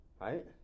Right